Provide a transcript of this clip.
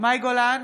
מאי גולן,